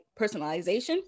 personalization